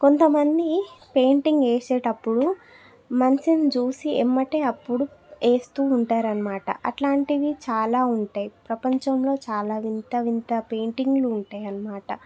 కొంత మంది పెయింటింగ్ వేసేటప్పుడు మనిషిని చూసి ఎమ్మటే అప్పుడు వేస్తూ ఉంటారు అన్నమాట అట్లాంటివి చాలా ఉంటాయి ప్రపంచంలో చాలా వింత వింత పెయింటింగ్లు ఉంటాయి అన్నమాట